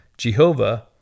Jehovah